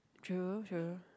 true true